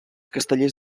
castellers